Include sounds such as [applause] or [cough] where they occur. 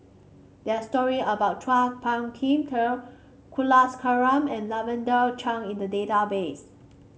there are story about Chua Phung Kim [unintelligible] Kulasekaram and Lavender Chang in the database